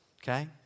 okay